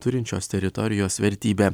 turinčios teritorijos vertybė